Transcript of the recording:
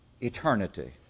eternity